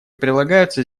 прилагаются